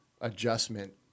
adjustment